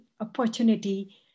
opportunity